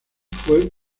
fue